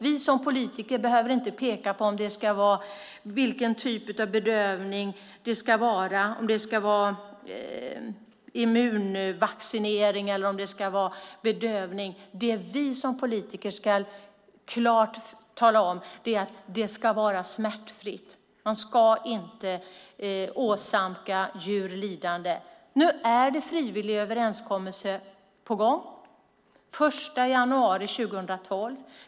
Vi politiker behöver inte peka på vilken typ av bedövning det ska vara och om det ska vara immunvaccinering eller bedövning. Det vi som politiker klart ska tala om är att det ska vara smärtfritt. Man ska inte åsamka djur lidande. Nu är det en frivillig överenskommelse på gång - den 1 januari 2012.